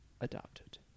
Adopted